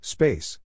Space